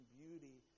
beauty